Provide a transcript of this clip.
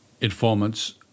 informants